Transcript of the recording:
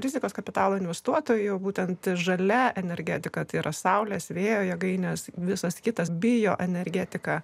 rizikos kapitalo investuotojų būtent žalia energetika yra saulės vėjo jėgainės visas kitas bioenergetika